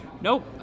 nope